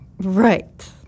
Right